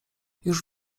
już